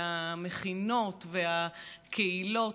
והמכינות והקהילות,